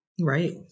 right